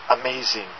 Amazing